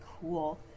cool